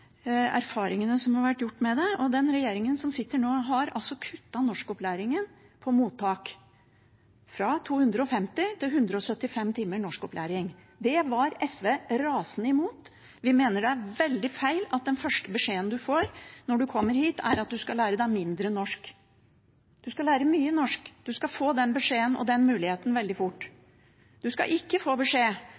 erfaringene som har vært gjort med det. Den regjeringen som sitter nå, har kuttet i norskopplæringen på mottak, fra 250 timer til 175 timer norskopplæring. Det var SV rasende imot. Vi mener det er veldig feil at den første beskjeden man får når man kommer hit, er at man skal lære seg mindre norsk. Man skal lære seg mye norsk. Man skal få den beskjeden og den muligheten veldig fort. Man skal ikke få beskjed